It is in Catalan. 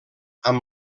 amb